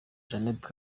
jeannette